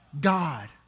God